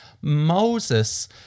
Moses